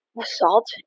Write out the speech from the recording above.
assault